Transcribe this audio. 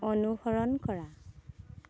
অনুসৰণ কৰা